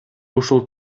ушул